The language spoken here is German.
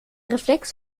reflex